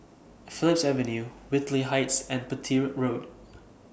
Phillips Avenue Whitley Heights and Petir Road